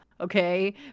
Okay